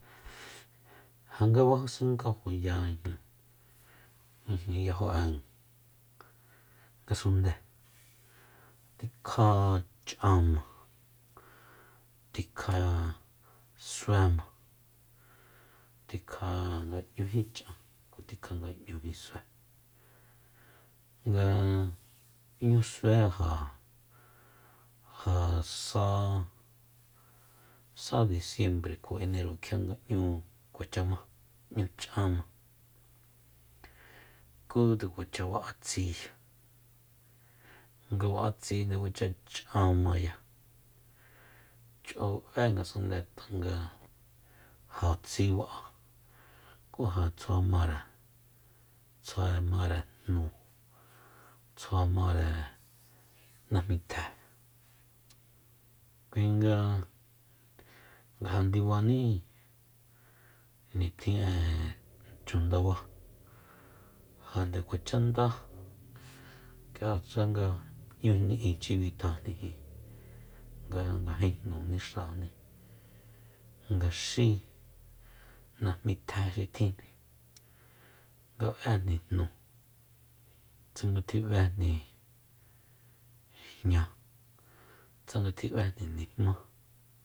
Ja nga basenkajoya yajo'e ngasunde tikja ch'anma tikja suéma tjika nga 'ñúji ch'an ku tikja nga 'ñúji sué nga 'ñu sué ja- ja sa- sa disiembre kjo enero kjia nga ´ñu kuacha ma 'ñu ch'anma ku nde kuacha ba'a tsiya nga ba'a tsi nde kuacha ch'anmaya ch'o b'é ngasundée ja tsi ba'a ku ja tsjuamare- tsjuamare jnu tsjuamare najmitjée kuinga nga ja ndibaní nitjin'e chu ndaba ja nde kuacha ndá k'iatse nga ni'ichi bitjajni jin nga ngajin jnu nixajni nga xí najmí tjé xi tjinjni nga b'éjni jnu tsanga tjib'éjni jña tsanga tjib'éjni nijmá